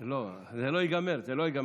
לא, זה לא ייגמר, זה לא ייגמר.